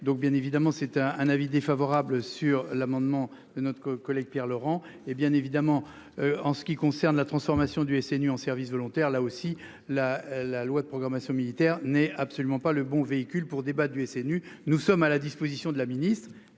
donc, bien évidemment c'était un, un avis défavorable sur l'amendement de notre collègue Pierre Laurent. Hé bien évidemment en ce qui concerne la transformation du SNU en service volontaire là aussi la la loi de programmation militaire n'est absolument pas le bon véhicule pour débat du SNU. Nous sommes à la disposition de la ministre.